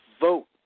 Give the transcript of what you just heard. vote